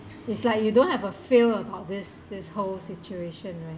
is like you don't have a feel about this this whole situation right